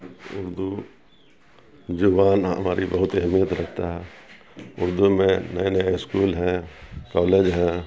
اردو زبان ہماری بہت اہمیت رکھتا ہے اردو میں نئے نئے اسکول ہیں کالج ہیں